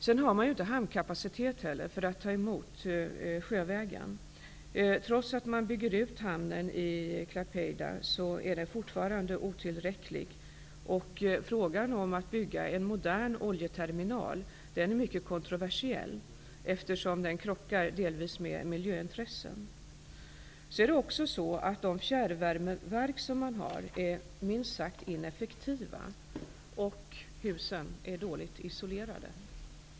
Man har inte heller hamnkapacitet för att ta emot leveranser sjövägen. Trots att man bygger ut hamnen i Klaipeda är den fortfarande otillräcklig. Frågan om att bygga en modern oljeterminal är mycket kontroversiell, eftersom den delvis krockar med miljöintressen. De fjärrvärmeverk som finns i Litauen är minst sagt ineffektiva, och husen är dåligt isolerade.